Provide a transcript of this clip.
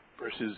versus